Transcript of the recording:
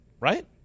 Right